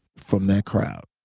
from that crowd.